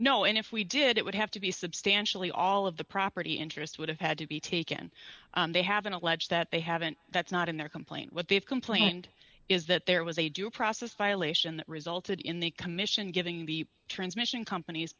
no and if we did it would have to be substantially all of the property interest would have had to be taken they haven't alleged that they haven't that's not in their complaint what they've complained is that there was a due process violation that resulted in the commission giving the transmission companies